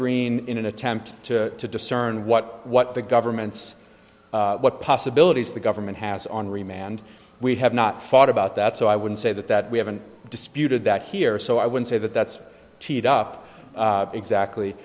green in an attempt to discern what what the government's what possibilities the government has on remand we have not thought about that so i wouldn't say that that we haven't disputed that here so i would say that that's teed up exactly